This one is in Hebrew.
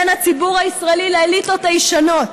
בין הציבור הישראלי לאליטות הישנות,